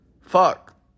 Fuck